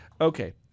okay